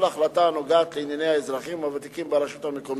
החלטה הנוגעת לענייני האזרחים הוותיקים ברשות המקומית.